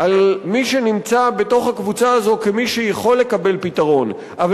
על מי שנמצא בתוך הקבוצה הזו כמי שיכול למצוא פתרון אבל